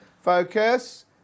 Focus